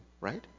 Right